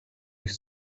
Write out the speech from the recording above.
dich